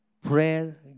Prayer